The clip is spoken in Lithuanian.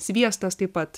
sviestas taip pat